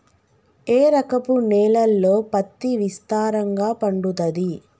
ఏ రకపు నేలల్లో పత్తి విస్తారంగా పండుతది?